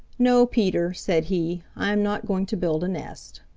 no, peter, said he. i am not going to build a nest.